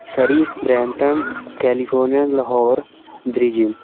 Surrey Brampton California Lahore ਗ੍ਰਿਜ਼ੀਲ